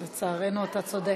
לצערנו, אתה צודק.